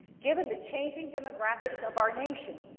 given the changing demographics of our nation,